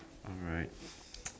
alright